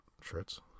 shirts